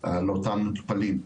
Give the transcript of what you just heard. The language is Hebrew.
לאותם מטופלים,